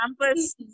campus